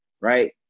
right